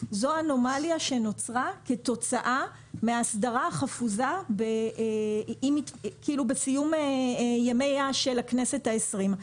אנומליה שנוצרה כתוצאה מההסדרה החפוזה בסיום ימיה של הכנסת העשרים.